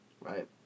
right